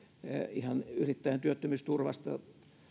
ihan yrittäjän työttömyysturvasta